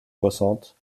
soixante